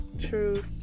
true